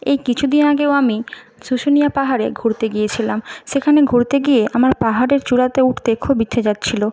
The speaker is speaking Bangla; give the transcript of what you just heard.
এই কিছুদিন আগেও আমি শুশুনিয়া পাহাড়ে ঘুরতে গিয়েছিলাম সেখানে ঘুরতে গিয়ে আমার পাহাড়ের চূড়াতে উঠতে খুব ইচ্ছে জাগছিল